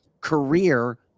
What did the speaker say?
career